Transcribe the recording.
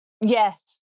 Yes